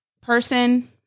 person